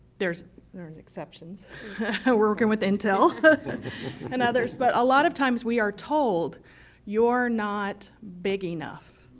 there is there is exceptions working with intel and others, but a lot of times we are told you're not big enough.